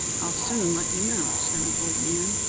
i'll soon let you know, said the old man,